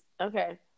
Okay